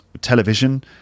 television